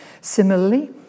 Similarly